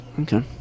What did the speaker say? okay